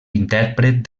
intèrpret